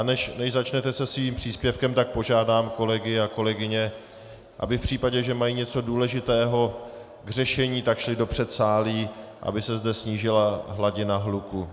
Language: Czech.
Než začnete se svým příspěvkem, tak požádám kolegyně a kolegyně, aby v případě, že mají něco důležitého k řešení, šli do předsálí, aby se zde snížila hladina hluku.